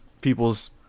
people's